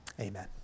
Amen